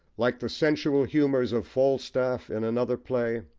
like the sensual humours of falstaff in another play,